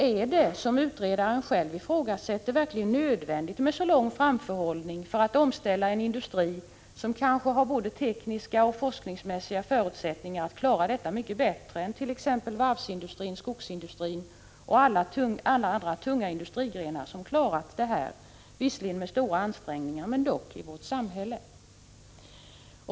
Är det, som utredaren själv ifrågasätter, verkligen nödvändigt med så lång framförhållning för att ställa om en industri som kanske har både tekniska och forskningsmässiga förutsättningar att klara detta mycket bättre än t.ex. varvsindustrin, skogsindustrin och alla andra grenar av tung industri som klarat detta, även om det skett med stora ansträngningar?